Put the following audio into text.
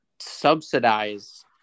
subsidize